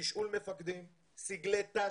תוסיפו לזה את הרובד של 400 שקל של משרד הבינוי